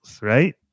right